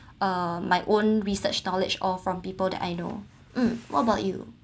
uh my own research knowledge or from people that I know um what about you